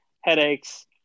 headaches